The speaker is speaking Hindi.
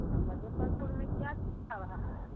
तब मुज़फ़्फ़रपुर में कर रहा है